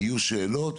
יהיו שאלות,